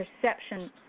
perception